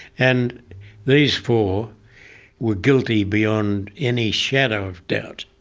and these four were guilty beyond any shadow of doubt.